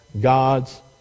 God's